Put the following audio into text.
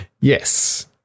Yes